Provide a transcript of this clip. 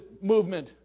movement